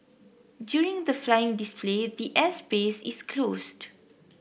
during the flying display the air space is closed